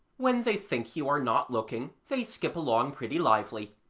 when they think you are not looking they skip along pretty lively,